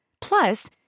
Plus